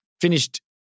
finished